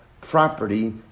property